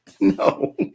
No